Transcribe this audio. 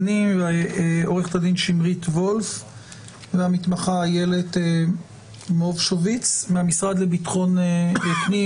עו"ד שמרית וולף והמתמחה איילת מובשוביץ; מהמשרד לביטחון פנים,